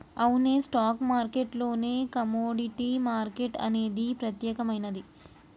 అవునే stock market లోనే commodity market అనేది ప్రత్యేకమైనది